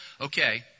okay